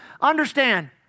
Understand